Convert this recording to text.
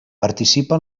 participa